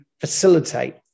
facilitate